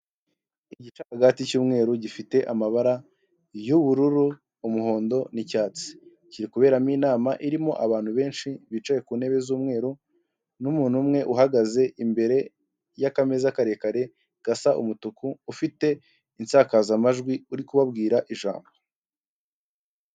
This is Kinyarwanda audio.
Uyu ni umuhanda wo mu bwoko bwa kaburimbo ugizwe n'amabara y'umukara nu'uturongo tw'umweru, kuruhande hari ibiti birebire by'icyatsi bitoshye, bitanga umuyaga n'amahumbezi ku banyura aho ngaho bose.